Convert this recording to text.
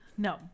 No